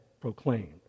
proclaimed